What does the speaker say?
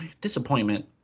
disappointment